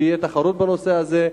שתהיה תחרות בנושא הזה,